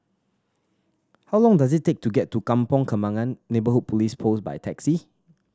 how long does it take to get to Kampong Kembangan Neighbourhood Police Post by taxi